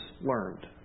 learned